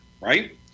right